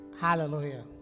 Hallelujah